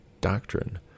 doctrine